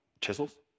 Chisels